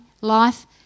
life